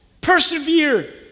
Persevere